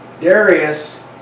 Darius